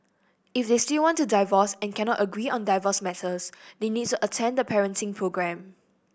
if they still want to divorce and cannot agree on divorce matters they need to attend the parenting programme